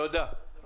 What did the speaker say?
תודה רבה.